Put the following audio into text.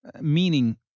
meaning